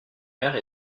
mère